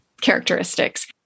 characteristics